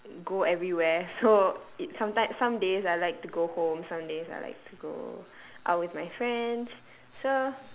go everywhere so it sometimes some days I like to go home some days I like to go out with my friends so